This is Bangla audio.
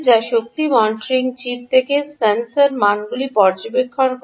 যা শক্তি মনিটরিং চিপ থেকে সেন্সর মানগুলি পর্যবেক্ষণ করে